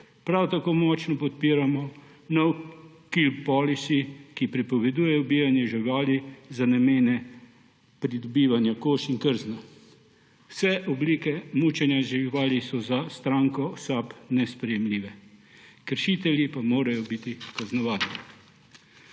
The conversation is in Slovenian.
Prav tako močno podpiramo no-kill policy, ki prepoveduje ubijanje živali za namene pridobivanja kož in krzna. Vse oblike mučenja živali so za stranko SAB nesprejemljive, kršitelji pa morajo biti kaznovani.